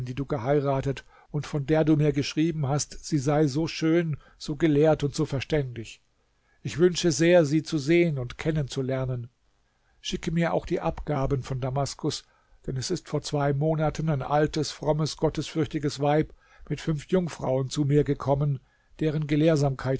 die du geheiratet und von der du mir geschrieben hast sie sei so schön so gelehrt und so verständig ich wünsche sehr sie zu sehen und kennenzulernen schicke mir auch die abgaben von damaskus denn es ist vor zwei monaten ein altes frommes gottesfürchtiges weib mit fünf jungfrauen zu mir gekommen deren gelehrsamkeit